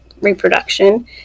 reproduction